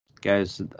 guys